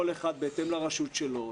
כל אחד בהתאם לרשות שלו,